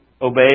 obey